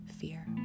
fear